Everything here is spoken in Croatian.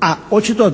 a očito,